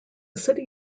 city